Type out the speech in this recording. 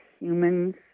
humans